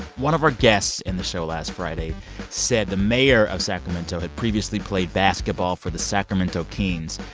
one of our guests in the show last friday said the mayor of sacramento had previously played basketball for the sacramento kings.